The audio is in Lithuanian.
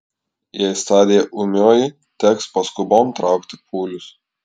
jei stadija ūmioji teks paskubom traukti pūlius